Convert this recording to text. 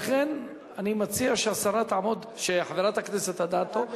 לכן אני מציע שחברת הכנסת אדטו,